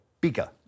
bigger